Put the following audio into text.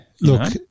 Look-